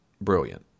brilliant